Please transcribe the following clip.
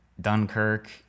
Dunkirk